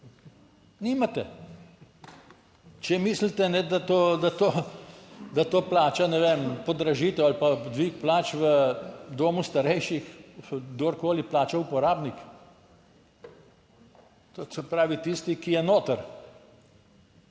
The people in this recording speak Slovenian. nimate. Če mislite, da to, da to plača, ne vem, podražitev ali pa dvig plač v domu starejših, kdorkoli, plača uporabnik, to se pravi, tisti, ki je noter,